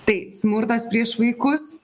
tai smurtas prieš vaikus